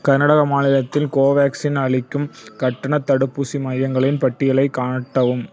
கர்நாடக மாநிலத்தில் கோவேக்சின் அளிக்கும் கட்டணத் தடுப்பூசி மையங்களின் பட்டியலைக் காட்டவும்